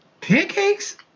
pancakes